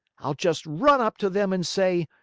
i'll just run up to them, and say,